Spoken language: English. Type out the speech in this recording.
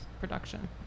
production